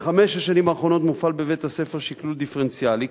בחמש השנים האחרונות מופעל בבית-הספר שקלול דיפרנציאלי